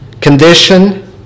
condition